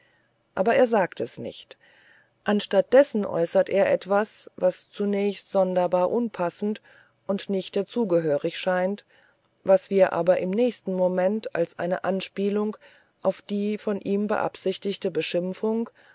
aber er sagt es nicht anstatt dessen äußert er etwas was zunächst sonderbar unpassend und nicht dazu gehörig scheint was wir aber im nächsten moment als eine anspielung auf die von ihm beabsichtigte beschimpfung